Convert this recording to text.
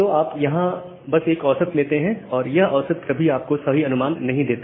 तो आप यहां बस एक औसत लेते हैं और यह औसत कभी आपको सही अनुमान नहीं देता